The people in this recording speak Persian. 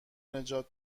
نجات